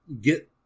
get